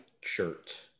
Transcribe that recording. shirt